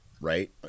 right